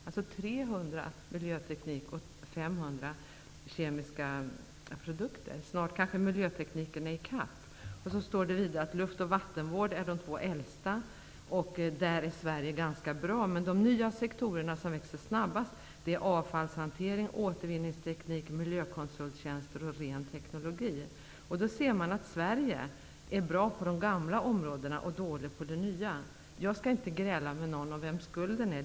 Jämför 300 miljarder för miljöteknik med 500 miljarder för kemiska produkter. Snart kommer kanske miljötekniken att vara i kapp. Vidare står det att luft och vattenvård är de två äldsta marknaderna. Där ligger Sverige ganska bra till. Men de nya sektorer som växer snabbast är avfallshantering, återvinningsteknik, miljökonsulttjänster och ren teknologi. Man kan se att vi i Sverige är bra när det gäller de gamla områdena och dåliga på de nya. Jag skall inte gräla med någon om vem som bär skulden till detta.